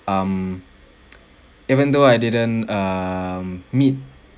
um even though I didn't um meet